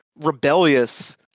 rebellious